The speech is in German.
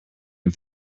dem